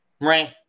Right